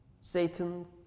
Satan